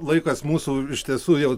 laikas mūsų iš tiesų jau